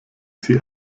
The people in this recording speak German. sie